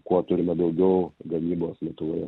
kuo turime daugiau gamybos lietuvoje